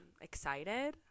excited